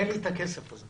אין לי את הכסף הזה.